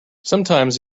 sometimes